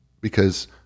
because-